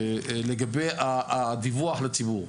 לגבי הדיווח לציבור.